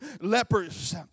lepers